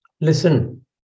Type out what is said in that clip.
listen